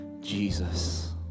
Jesus